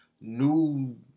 new